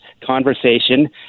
conversation